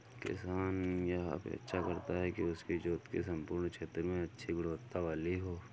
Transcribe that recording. किसान यह अपेक्षा करता है कि उसकी जोत के सम्पूर्ण क्षेत्र में अच्छी गुणवत्ता वाली हो